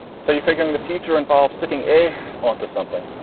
so you're figuring the future involves sticking a onto something.